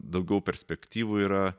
daugiau perspektyvų yra